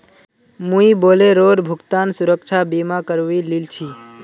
मुई बोलेरोर भुगतान सुरक्षा बीमा करवइ लिल छि